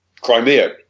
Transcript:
Crimea